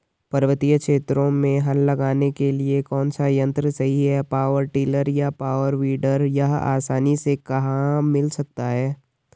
पर्वतीय क्षेत्रों में हल लगाने के लिए कौन सा यन्त्र सही है पावर टिलर या पावर वीडर यह आसानी से कहाँ मिल सकता है?